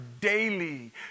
daily